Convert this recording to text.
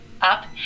up